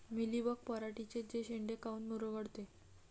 Mealybug पराटीचे चे शेंडे काऊन मुरगळते?